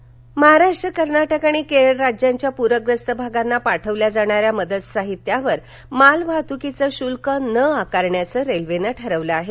रेल्वेपूर महाराष्ट्र कर्नाटक आणि केरळ राज्यांच्या प्रग्रस्त भागांना पाठविल्या जाणाऱ्या मदत साहित्यावर माल वाहतुकीचं शुल्क न आकारण्याचं रेल्वेनं ठरवलं आहे